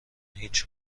هیچ